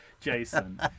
Jason